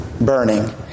burning